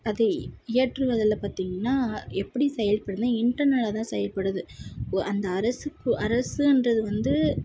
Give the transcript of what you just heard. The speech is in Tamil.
அது ஏற்றுவதில்லை பார்த்தீங்கன்னா எப்படி செயல்படுதுன்னா இன்டர்னல்லாக தான் செயல்படுது அந்த அரசு அரசுன்றது வந்து